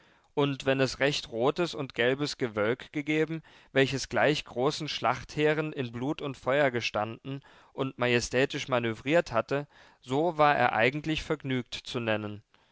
und wenn es recht rotes und gelbes gewölk gegeben welches gleich großen schlachtheeren in blut und feuer gestanden und majestätisch manövriert hatte so war er eigentlich vergnügt zu nennen